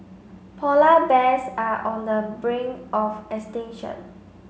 polar bears are on the brink of extinction